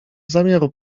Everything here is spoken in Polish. zamiaru